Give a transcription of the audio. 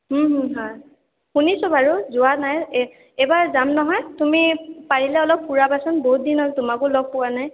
হুঁ হুঁ হাঁ শুনিছোঁ বাৰু যোৱা নাই এইবাৰ যাম নহয় তুমি পাৰিলে অলপ ফুৰাবাচোন বহুত দিন হ'ল তোমাকো লগ পোৱা নাই